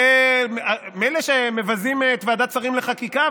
מילא שמבזים את ועדת שרים לחקיקה,